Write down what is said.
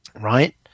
right